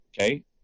Okay